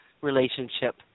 relationship